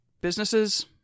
businesses